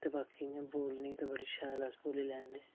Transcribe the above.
ते बाकी इ'यां बोलनी ते बड़ी शैल एह् अस बोली लैने